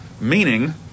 meaning